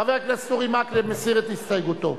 חבר הכנסת אורי מקלב מסיר את הסתייגותו.